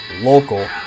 local